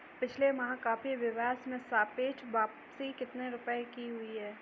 पिछले माह कॉफी व्यापार में सापेक्ष वापसी कितने रुपए की हुई?